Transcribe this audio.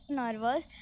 nervous